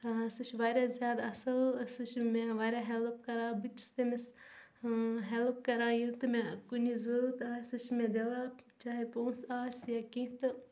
سُہ چھِ واریاہ زیادٕ اَصٕل سُہ چھِ مےٚ واریاہ ہٮ۪لٕپ کَران بہٕ تہِ چھِس تٔمِس ہٮ۪لٕپ کَران ییٚلہِ تہٕ مےٚ کُنِچ ضوٚرتھ آسہِ سُہ چھِ مےٚ دِوان چاہے پونٛسہٕ آسہِ یا کیٚنٛہہ تہٕ